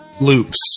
loops